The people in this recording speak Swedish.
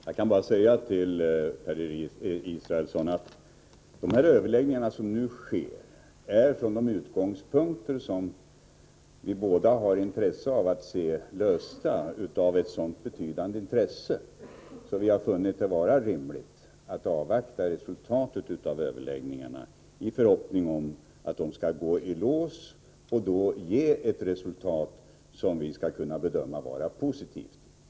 Herr talman! De överläggningar som nu pågår är — från de utgångspunkter som både Per Israelsson och jag har — av ett sådant betydande intresse att vi i regeringen har funnit det vara rimligt att avvakta resultatet av överläggningarna. Vår förhoppning är att de skall gå i lås och ge ett resultat som vi skall kunna bedöma vara positivt.